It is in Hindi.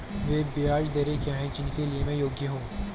वे ब्याज दरें क्या हैं जिनके लिए मैं योग्य हूँ?